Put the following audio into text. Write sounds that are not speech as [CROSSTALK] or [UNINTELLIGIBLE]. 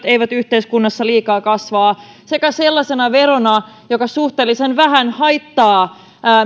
[UNINTELLIGIBLE] eivät yhteiskunnassa liikaa kasva sekä sellaisena verona joka suhteellisen vähän haittaa